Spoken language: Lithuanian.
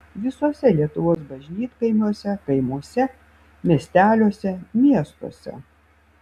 visuose lietuvos bažnytkaimiuose kaimuose miesteliuose miestuose